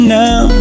now